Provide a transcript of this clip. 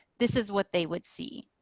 this is what they would see.